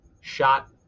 shot